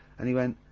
and he went,